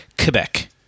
Quebec